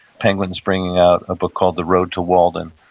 penguin's bringing out a book called the road to walden,